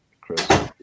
Chris